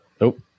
Nope